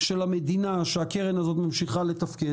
של המדינה שהקרן הזאת ממשיכה לתפקד.